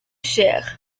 cher